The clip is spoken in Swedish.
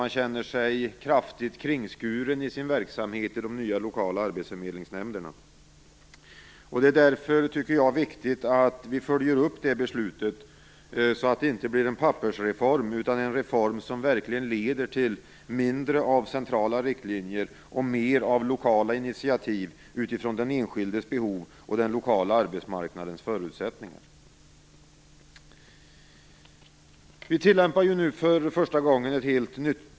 Man känner sig kraftigt kringskuren i sin verksamhet i de nya lokala arbetsförmedlingsnämnderna. Det är därför, tycker jag, viktigt att vi följer upp det beslutet så att det inte blir en pappersreform utan en reform som verkligen leder till mindre av centrala riktlinjer och mer av lokala initiativ utifrån den enskildes behov och den lokala arbetsmarknadens förutsättningar.